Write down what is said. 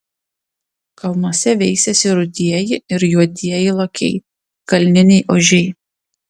kalnuose veisiasi rudieji ir juodieji lokiai kalniniai ožiai